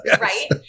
right